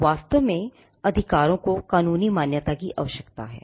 वास्तव में अधिकारों को कानूनी मान्यता की आवश्यकता है